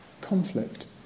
conflict